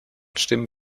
stimmen